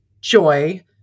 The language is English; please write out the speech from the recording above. joy